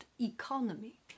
economy